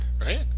Right